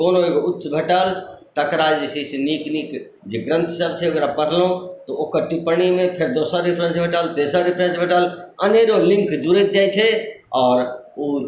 कओनो एगो उच्च भेटल तेकरा जे छै से नीक नीक जे ग्रन्थ सब छै ओकरा पढ़लहुँ तऽ ओकर टिप्पणीमे फेर दोसर रिफ़्रेंस भेटल तेसर रिफ़्रेंस भेटल अनेरो लिङ्क जुड़ैत जाइत छै आओर ओ